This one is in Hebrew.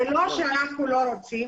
זה לא שאנחנו לא רוצים.